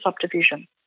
subdivision